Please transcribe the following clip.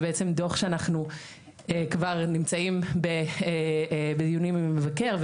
זה דוח שאנחנו נמצאים לגביו בדיונים עם המבקר,